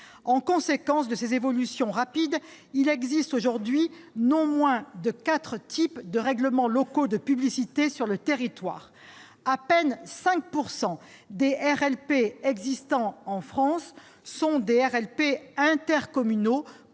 En conséquence de ces évolutions rapides, il existe aujourd'hui non moins de quatre types de règlements locaux de publicité sur le territoire. À peine 5 % des RLP existants en France sont des RLP intercommunaux